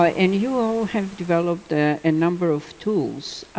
ah and you all have developed a and number of tools.